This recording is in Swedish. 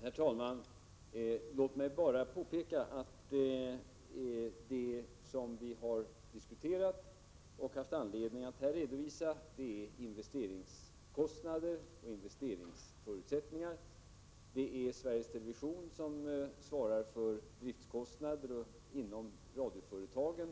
Herr talman! Låt mig bara påpeka att det som vi har diskuterat och haft anledning att här redovisa är investeringskostnader och investeringsförutsättningar. Det är Sveriges Television som svarar för driftkostnader, och inom radioföretagen